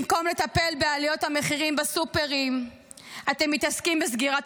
במקום לטפל בעליות המחירים בסופרים אתם מתעסקים בסגירת